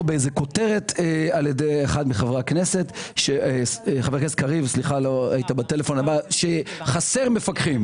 בכותרת על ידי חבר הכנסת קריב שחסר מפקחים.